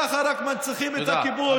ככה רק מנציחים את הכיבוש,